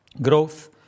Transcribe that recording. Growth